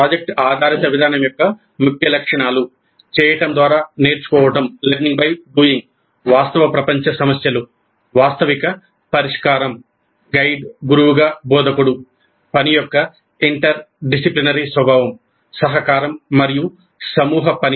project ఆధారిత విధానం యొక్క ముఖ్య లక్షణాలు చేయడం ద్వారా నేర్చుకోవడం వాస్తవ ప్రపంచ సమస్యలు వాస్తవిక పరిష్కారం గైడ్ గురువుగా బోధకుడు పని యొక్క ఇంటర్ డిసిప్లినరీ స్వభావం సహకారం మరియు సమూహ పని